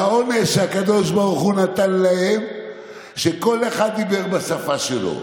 והעונש שהקדוש ברוך הוא נתן להם היה שכל אחד דיבר בשפה שלו.